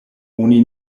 oni